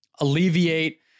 alleviate